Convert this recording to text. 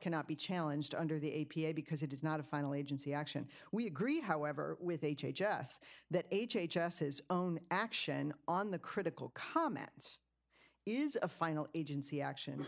cannot be challenged under the a p a because it is not a final agency action we agree however with h h s that h h s his own action on the critical comments is a final agency action